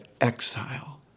exile